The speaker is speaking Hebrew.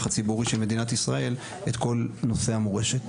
הציבורי של מדינת ישראל את כל נושא המורשת.